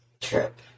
trip